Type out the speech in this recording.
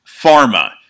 Pharma